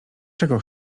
czego